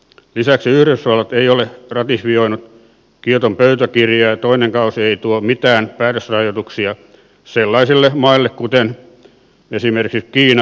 lisäksi yhdysvallat ei ole ratifioinut kioton pöytäkirjaa ja toinen kausi ei tuo mitään päästörajoituksia sellaisille maille kuten esimerkiksi kiina intia ja brasilia